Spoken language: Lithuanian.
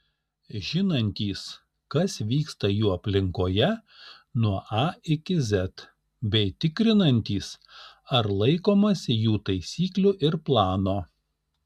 žinantys kas vyksta jų aplinkoje nuo a iki z bei tikrinantys ar laikomasi jų taisyklų ir plano